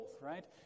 right